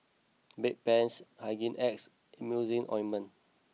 Bedpans Hygin X and Emulsying Ointment